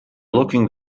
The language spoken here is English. looking